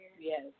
Yes